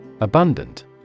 Abundant